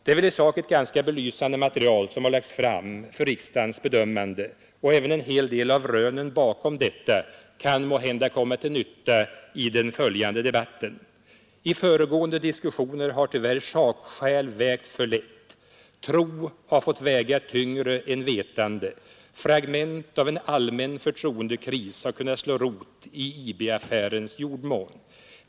Det är väl i sak ett ganska belysande material som har lagts fram för riksdagens bedömande, och även en hel del av rönen bakom detta kan måhända komma till nytta i den följande debatten. I föregående diskussioner har tyvärr sakskäl vägt för lätt. Tro har fått väga tyngre än vetande. Fragment av en allmän förtroendekris har kunnat slå rot i IB-affärens jordmån.